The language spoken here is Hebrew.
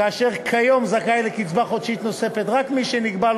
כיום זכאי לקצבה חודשית נוספת רק מי שנקבעה